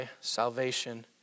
salvation